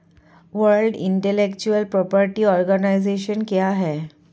World intellectual property organisation क्या है?